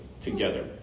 together